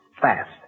fast